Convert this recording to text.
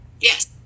Yes